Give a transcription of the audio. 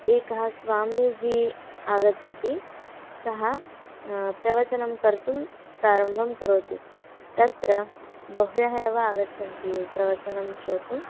एकः स्वामीजी आगच्छति सः प्रवचनं कर्तुं प्रारम्भं करोति तत्र बह्व्यः एव आगच्छन्ति प्रवचनं श्रोतुं